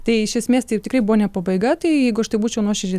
tai iš esmės tai tikrai buvo ne pabaiga tai jeigu aš taip būčiau nuoširdžiai